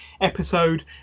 episode